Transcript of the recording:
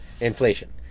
inflation